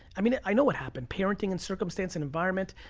i mean, i know what happened. parenting and circumstance and environment.